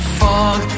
fog